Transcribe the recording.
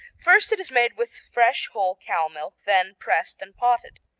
first it is made with fresh whole cow milk, then pressed and potted.